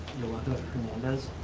yolanda hernandez.